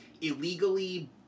illegally